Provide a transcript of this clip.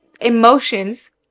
emotions